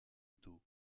taux